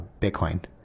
Bitcoin